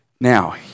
Now